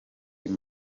muri